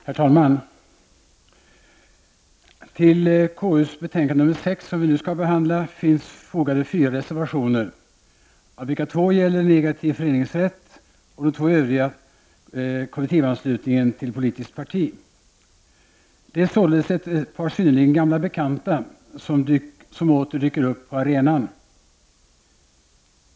Herr talman! Till konstitutionsutskottets betänkande nr 6, som vi nu skall behandla, finns fogade fyra reservationer, av vilka två gäller negativ föreningsrätt och de två övriga kollektivanslutningen till politiskt parti. Det är således ett par synnerligen gamla bekanta som åter dyker upp på arenan.